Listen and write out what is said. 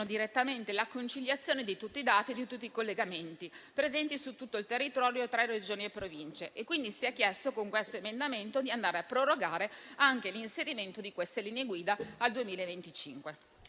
direttamente la conciliazione di tutti i dati e di tutti i collegamenti presenti su tutto il territorio tra Regioni e Province. Quindi si è chiesto, con questo emendamento, di andare a prorogare anche l'inserimento di queste linee guida al 2025.